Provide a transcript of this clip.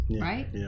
right